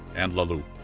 and la loupe.